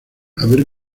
haber